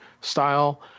style